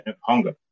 hunger